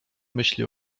myśli